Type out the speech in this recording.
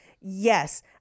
Yes